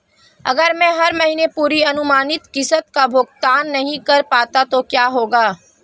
अगर मैं हर महीने पूरी अनुमानित किश्त का भुगतान नहीं कर पाता तो क्या होगा?